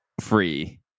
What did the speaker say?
free